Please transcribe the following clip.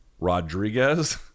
Rodriguez